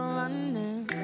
running